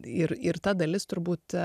ir ir ta dalis turbūt